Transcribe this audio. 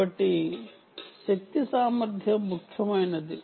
కాబట్టి శక్తి సామర్థ్యం ముఖ్యమైనది